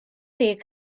big